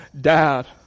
dad